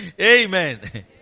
Amen